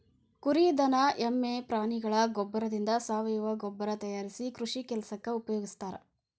ಕುರಿ ದನ ಎಮ್ಮೆ ಪ್ರಾಣಿಗಳ ಗೋಬ್ಬರದಿಂದ ಸಾವಯವ ಗೊಬ್ಬರ ತಯಾರಿಸಿ ಕೃಷಿ ಕೆಲಸಕ್ಕ ಉಪಯೋಗಸ್ತಾರ